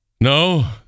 no